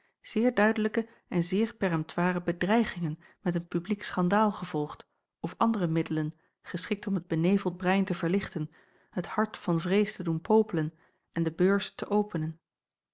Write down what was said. zeer duidelijke en zeer peremtoire bedreigingen met een publiek schandaal gevolgd of andere middelen geschikt om het beneveld brein te verlichten het hart van vrees te doen popelen en de beurs te openen